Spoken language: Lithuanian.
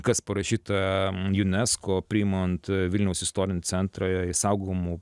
kas parašyta unesco priimant vilniaus istorinį centrą į saugomų